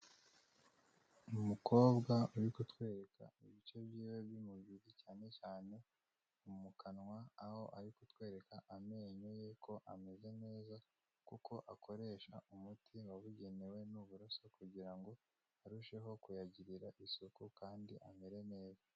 Umukobwa uri kutwereka ibice by'iwe by'umubiri cyane cyane mu kanwa, aho ari kutwereka amenyo ye ko ameze neza kuko akoresha umuti wabugenewe n'uburoso kugira ngo arusheho kuyagirira isuku kandi amere neza.